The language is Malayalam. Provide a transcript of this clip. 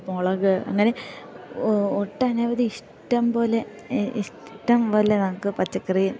മുളക് അങ്ങനെ ഓ ഒട്ടനവധി ഇഷ്ടം പോലെ ഇഷ്ടം പോലെ നമുക്ക് പച്ചക്കറി